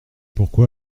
pourquoi